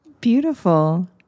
beautiful